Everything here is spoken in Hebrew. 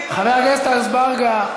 חבר הכנסת אזברגה,